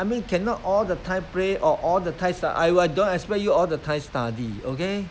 I mean you cannot all the time play or all the time st~ I don't expect you all the time study okay